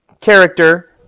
character